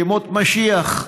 ימות משיח.